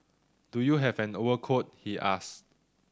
do you have an overcoat he asked